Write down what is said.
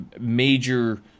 major